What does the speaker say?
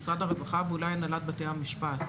משרד הרווחה ואולי הנהלת בתי המשפט,